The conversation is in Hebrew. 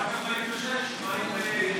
אורלי לוי אבקסיס,